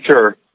sure